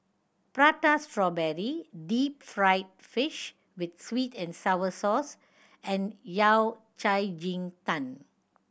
Prata Strawberry deep fried fish with sweet and sour sauce and Yao Cai ji tang